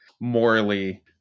morally